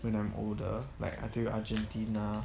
when I'm older like until argentina